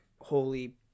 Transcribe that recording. holy